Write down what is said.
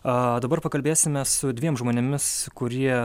a dabar pakalbėsime su dviem žmonėmis kurie